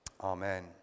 Amen